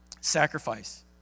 Sacrifice